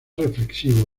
reflexivo